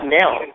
now